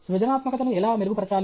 సృజనాత్మకతను ఎలా మెరుగుపరచాలి